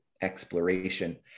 exploration